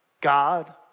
God